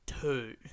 two